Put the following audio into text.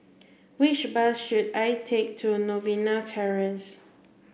which bus should I take to Novena Terrace